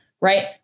right